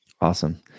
Awesome